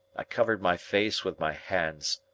i covered my face with my hands.